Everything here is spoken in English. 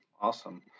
Awesome